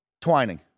twining